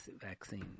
vaccine